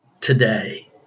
today